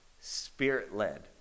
Spirit-led